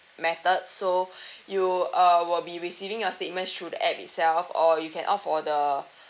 methods so you uh will be receiving your statements through app itself or you can opt for the